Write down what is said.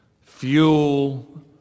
Fuel